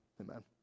Amen